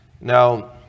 Now